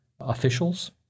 officials